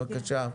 בבקשה.